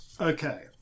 Okay